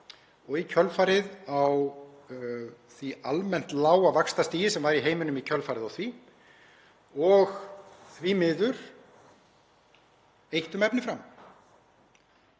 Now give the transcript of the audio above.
og í kjölfarið á því almennt lága vaxtastigi sem var í heiminum í kjölfarið á því og því miður eytt um efni fram.